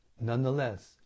Nonetheless